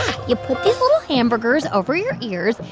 you put these little hamburgers over your ears,